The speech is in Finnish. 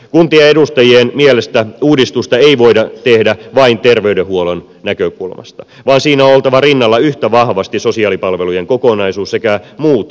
kuntien edustajien mielestä uudistusta ei voida tehdä vain terveydenhuollon näkökulmasta vaan siinä on oltava rinnalla yhtä vahvasti sosiaalipalveluiden kokonaisuus sekä muut kunnan palvelut